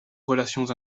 relations